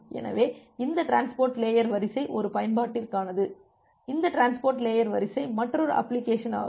எனவே இந்த transport layer வரிசை ஒரு பயன்பாட்டிற்கானது இந்த டிரான்ஸ்போர்ட் லேயர் வரிசை மற்றொரு அப்ளிகேஷன் ஆகும்